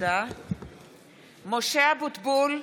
(קוראת בשמות חברי הכנסת) משה אבוטבול,